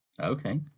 Okay